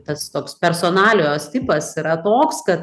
tas toks personalijos tipas yra toks kad